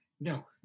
No